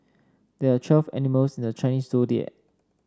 there are twelve animals in the Chinese Zodiac